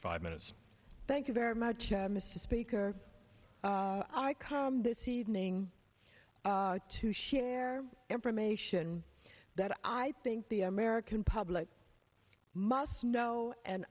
five minutes thank you very much mr speaker i come this evening to share information that i think the american public must know and